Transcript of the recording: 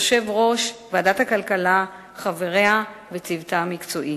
יושב-ראש ועדת הכלכלה, חבריה וצוותה המקצועי.